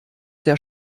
der